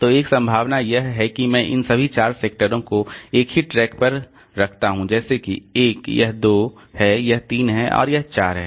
तो एक संभावना यह है कि मैं इन सभी चार सेक्टरों को एक ही ट्रैक पर रखता हूं जैसे कि 1 यह 2 है यह 3 है और यह 4 है